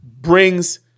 brings